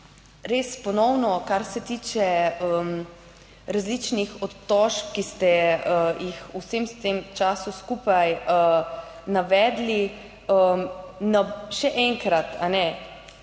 Res ponovno, kar se tiče različnih obtožb, ki ste jih v vsem tem času skupaj navedli. Še enkrat